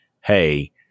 hey